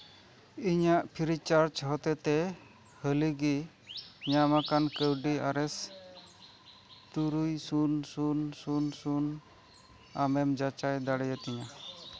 ᱤᱧᱟᱹᱜ free charge ᱦᱚᱛᱮᱡ ᱛᱮ ᱦᱟᱹᱞᱤᱜᱮ ᱧᱟᱢ ᱟᱠᱟᱱ ᱠᱟᱹᱣᱰᱤ ᱟᱨ ᱮᱹᱥ ᱛᱩᱨᱩᱭ ᱥᱩᱱ ᱥᱩᱱ ᱥᱩᱱ ᱥᱩᱱ ᱟᱢᱮᱢ ᱡᱟᱪᱟᱭ ᱫᱟᱲᱮᱭᱟᱛᱤᱧᱟᱹ